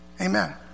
Amen